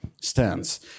stance